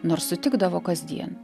nors sutikdavo kasdien